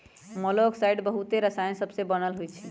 मोलॉक्साइड्स बहुते रसायन सबसे बनल होइ छइ